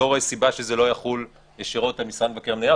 אני לא רואה סיבה שזה לא יחול ישירות על משרד מבקר המדינה.